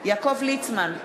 יעקב ליצמן,